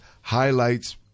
highlights